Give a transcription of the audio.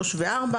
3 ו-4,